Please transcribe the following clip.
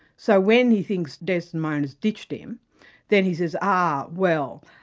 so when he thinks desdemona's ditched him then he says, ah, well,